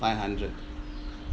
five hundred